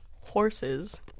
horses